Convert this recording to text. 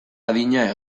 adina